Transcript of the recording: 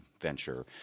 venture